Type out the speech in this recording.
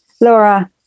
Laura